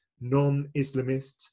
non-Islamists